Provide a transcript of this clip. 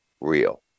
real